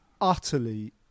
utterly